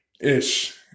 Ish